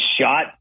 shot